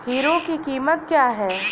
Hero की कीमत क्या है?